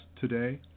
today